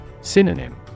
Synonym